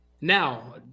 Now